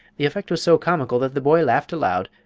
the effect was so comical that the boy laughed aloud,